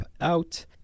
out